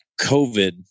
COVID